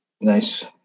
Nice